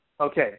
Okay